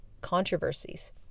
controversies